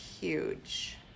Huge